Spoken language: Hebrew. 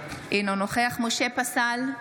אינו נוכח משה פסל,